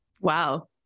Wow